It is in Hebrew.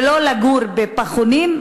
ולא לגור בפחונים,